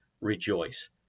rejoice